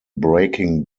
breaking